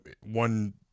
one